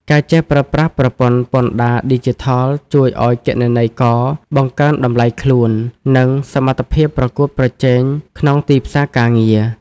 ការចេះប្រើប្រាស់ប្រព័ន្ធពន្ធដារឌីជីថលជួយឱ្យគណនេយ្យករបង្កើនតម្លៃខ្លួន និងសមត្ថភាពប្រកួតប្រជែងក្នុងទីផ្សារការងារ។